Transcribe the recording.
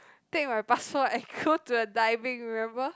take my passport and go to the diving remember